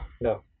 No